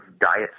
diet